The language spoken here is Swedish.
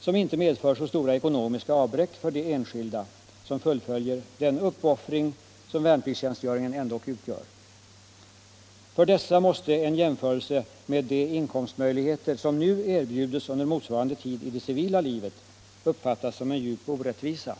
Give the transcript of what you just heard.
som inte medför så stora ekonomiska avbräck för de enskilda som fullföljer den uppoffring som värnpliktstjänstgöringen ändock utgör. För dessa måste en jämförelse med de inkomstmöjligheter som nu erbjudes under motsvarande tid i det civila livet uppfattas som en djup orättvisa.